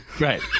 Right